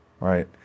right